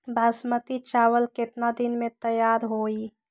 बासमती चावल केतना दिन में तयार होई?